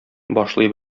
башлый